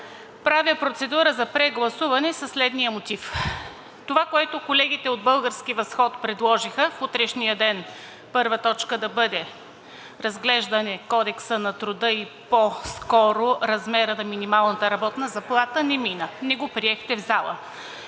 Правя процедура за прегласуване със следния мотив. Това, което колегите от „Български възход“ предложиха, в утрешния ден първа точка да бъде разглеждане Кодекса на труда, и по-скоро размера на минималната работна заплата, не мина, не го приехте в залата.